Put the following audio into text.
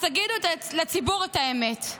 אז תגידו לציבור את האמת: